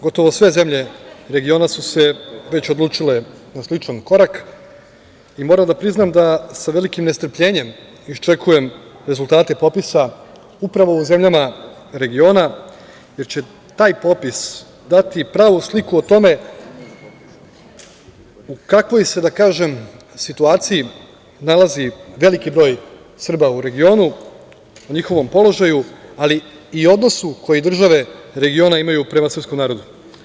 Gotovo sve zemlje regiona su se već odlučile na sličan korak i moram da priznam da sa velikim nestrpljenjem iščekujem rezultate popisa upravo u zemljama regiona, jer će taj popis dati pravu sliku o tome u kakvoj se da kažem, situaciji nalazi veliki broj Srba u regionu, o njihovom položaju, ali i odnosu koji države regiona imaju prema srpskom narodu.